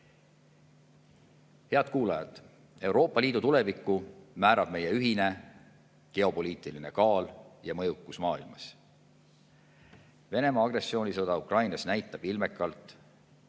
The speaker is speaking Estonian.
kuulajad! Euroopa Liidu tuleviku määrab meie ühine geopoliitiline kaal ja mõjukus maailmas. Venemaa agressioonisõda Ukrainas näitab ilmekalt, et